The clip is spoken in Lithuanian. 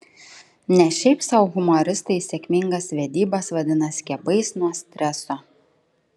ne šiaip sau humoristai sėkmingas vedybas vadina skiepais nuo streso